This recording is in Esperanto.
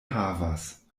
havas